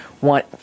want